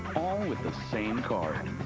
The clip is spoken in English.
all with the same card.